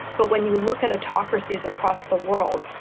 but when you look at autocracies across the world,